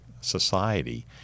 society